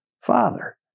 Father